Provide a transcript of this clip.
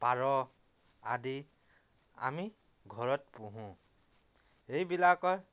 পাৰ আদি আমি ঘৰত পোহোঁ এইবিলাকৰ